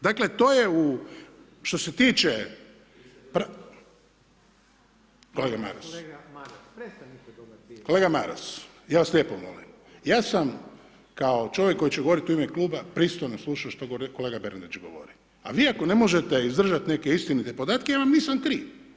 Dakle, to je što se tiče …… [[Upadica se ne razumije.]] Kolega Maras [[Upadica Reiner: Kolega Maras, prestanite dobacivati.]] Kolega Maras ja vas lijepo molim, ja sam kao čovjek koji će govoriti u ime Kluba pristojno slušao što kolega Bernardić govori, a vi ako ne možete izdržati neke istinite podatke ja vam nisam kriv.